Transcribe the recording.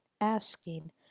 asking